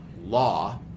law